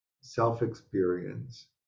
self-experience